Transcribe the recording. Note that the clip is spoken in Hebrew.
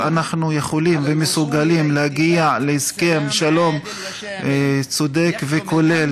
אנחנו יכולים ומסוגלים להגיע להסכם שלום צודק וכולל